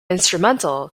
instrumental